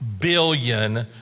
billion